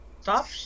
Stop